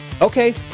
Okay